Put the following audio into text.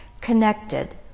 connected